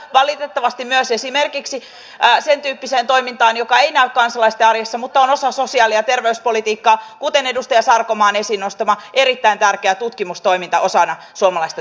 mutta siihenkään ei tämä hallitus kyennyt eikä halunnut vaikka kyse on hyvin pienestä summasta mutta nuorten kannalta erittäin tärkeästä asiasta